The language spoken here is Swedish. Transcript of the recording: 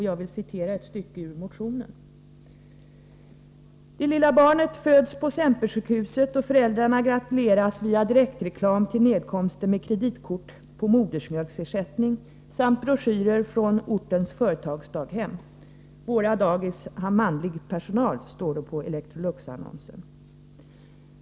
Jag vill citera ett stycke ur motionen: ”Det lilla barnet föds på Sempersjukhuset och föräldrarna gratuleras via direktreklam till nedkomsten med kreditkort på modersmjölksersättning samt broschyrer från ortens företagsdaghem: ”Våra dagis har manlig personal”, står det på Elektroluxannonsen.